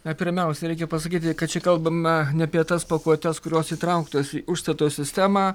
na pirmiausiai reikia pasakyti kad čia kalbama ne apie tas pakuotes kurios įtrauktos į užstato sistemą